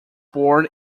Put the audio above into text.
born